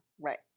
Right